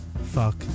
fuck